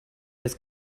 ist